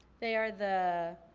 they are the,